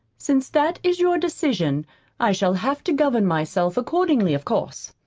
since that is your decision i shall have to govern myself accordingly, of course.